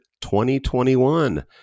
2021